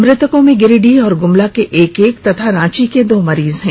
मृतकों में गिरिडीह और गुमला के एक एक तथा रांची के दो मरीज शामिल हैं